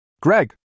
Greg